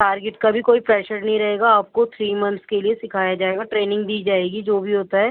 target کا بھی کوئی پریشر نہیں رہے گا آپ کو تھری منتھس کے لئے سیکھایا جائے گا ٹریننگ دی جائے گی جو بھی ہوتا ہے